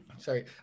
Sorry